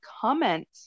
comment